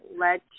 let